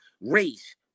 race